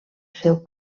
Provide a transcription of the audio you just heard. seu